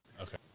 Okay